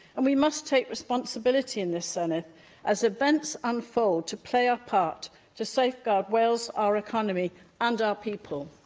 and we must take responsibility in this senedd as events unfold to play our part to safeguard wales, our economy and our people.